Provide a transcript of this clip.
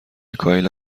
کایلا